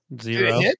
Zero